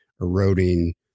eroding